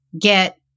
get